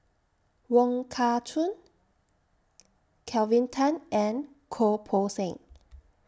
Wong Kah Chun Kelvin Tan and Goh Poh Seng